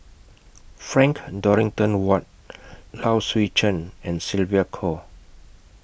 Frank Dorrington Ward Low Swee Chen and Sylvia Kho